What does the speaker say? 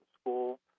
school